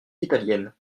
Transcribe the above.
italienne